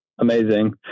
amazing